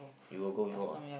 you got go before ah